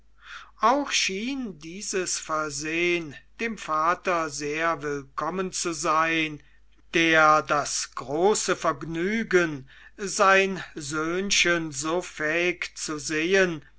auch schien dieses versehn dem vater sehr willkommen zu sein der das große vergnügen sein söhnchen so fähig zu sehen